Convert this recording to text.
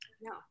No